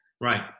Right